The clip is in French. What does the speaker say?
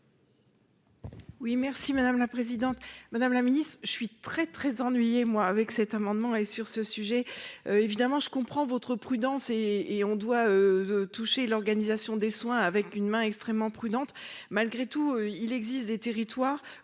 Oui merci madame la présidente, madame la Ministre, je suis très, très ennuyé moi avec cet amendement et sur ce sujet, évidemment, je comprends votre prudence et et on doit toucher l'organisation des soins avec une main extrêmement prudente, malgré tout, il existe des territoires